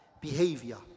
behavior